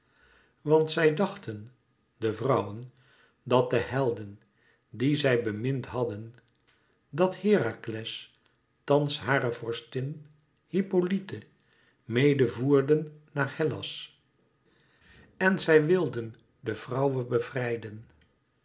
want zij dachten de vrouwen dat de helden die zij bemind hadden dat herakles thans hare vorstin hippolyte mede voerden naar hellas en zij wilden de vrouwe bevrijden